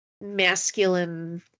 masculine